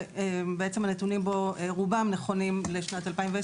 ובעצם הנתונים בו נכונים ברובם לשנת 2020,